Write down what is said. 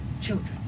children